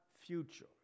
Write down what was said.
future